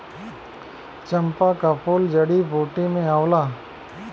चंपा क फूल जड़ी बूटी में आवला